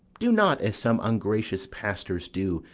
do not, as some ungracious pastors do,